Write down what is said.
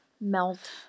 melt